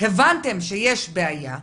הבנתם שיש בעיה,